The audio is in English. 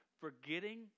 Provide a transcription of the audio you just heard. forgetting